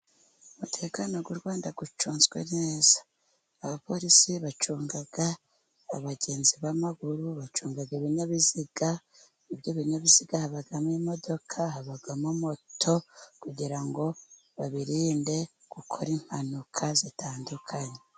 Umutekano w'u Rwanda ucunzwe neza abapolisi bacunga abagenzi b'amaguru, bacunga ibinyabiziga ibyo binyabiziga habamo imodoka, habamo moto kugira ngo babirinde gukora impanuka zitandukanye.